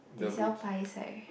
they sell pies right